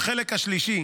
בחלק השלישי,